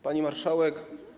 Pani Marszałek!